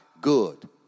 good